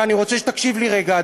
ואני רוצה שתקשיב לי רגע,